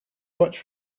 much